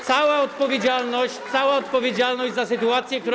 Cała odpowiedzialność, cała odpowiedzialność za sytuację, która.